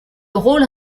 rôle